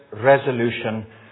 resolution